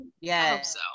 Yes